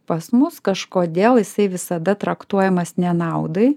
pas mus kažkodėl jisai visada traktuojamas nenaudai